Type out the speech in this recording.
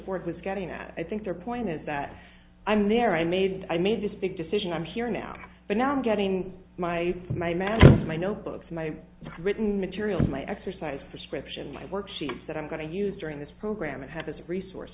board was getting at i think their point is that i'm there i made i made this big decision i'm here now but now i'm getting my my masters my notebooks my written materials my exercise description my work sheets that i'm going to use during this program and have as a resource